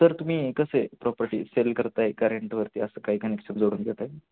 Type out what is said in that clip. sir तुम्ही कसं आहे प्रॉपर्टी सेल करताय का रेंटवरती असं काही कनेक्शन जोडून देताय